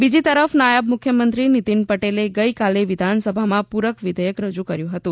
બીજી તરફ નાયબ મુખ્યમંત્રી નિતિન પટેલે ગઈકાલે વિધાનસભામાં પૂરક વિઘેયક રજૂ કર્યું હતું